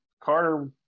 Carter